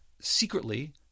secretly